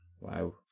Wow